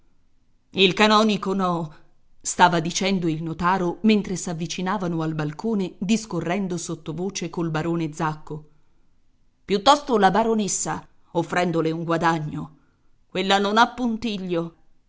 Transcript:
il canonico no stava dicendo il notaro mentre s'avvicinavano al balcone discorrendo sottovoce col barone zacco piuttosto la baronessa offrendole un guadagno quella non ha puntiglio